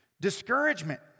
Discouragement